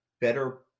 better